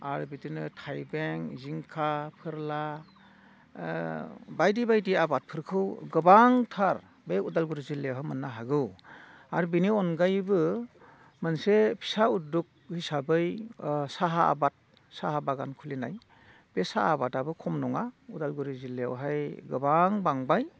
आरो बिदिनो थाइबें जिंखा फोरला बायदि बायदि आबादफोरखौ गोबांथार बे उदालगुरि जिल्लायावहा मोननो हागौ आरो बिनि अनगायैबो मोनसे फिसा उत्दग हिसाबै साहा आबाद साहा बागान खुलिनाय बे साहा आबादाबो खम नङा उदालगुरि जिल्लायावहाय गोबां बांबाय